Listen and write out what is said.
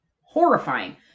Horrifying